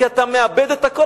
כי אתה מאבד את הכול.